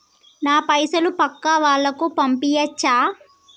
నా పైసలు పక్కా వాళ్ళకు పంపియాచ్చా?